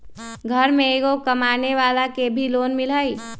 घर में एगो कमानेवाला के भी लोन मिलहई?